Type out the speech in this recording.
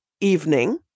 evening